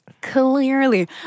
Clearly